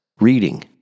Reading